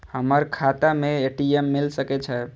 हमर खाता में ए.टी.एम मिल सके छै?